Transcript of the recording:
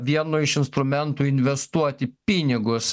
vienu iš instrumentų investuoti pinigus